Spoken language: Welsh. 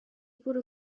bwrw